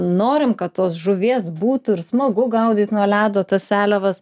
norim kad tos žuvies būtų ir smagu gaudyt nuo ledo tas seliavas